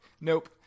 nope